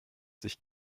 sich